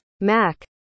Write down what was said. Mac